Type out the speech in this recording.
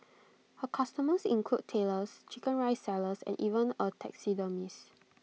her customers include Tailors Chicken Rice sellers and even A taxidermist